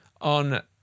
on